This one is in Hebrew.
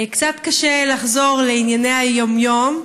קצת קשה לחזור לענייני היום-יום,